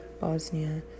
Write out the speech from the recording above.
Bosnia